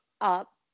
up